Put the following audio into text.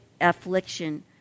affliction